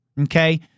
Okay